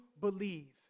believe